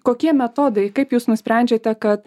kokie metodai kaip jūs nusprendžiate kad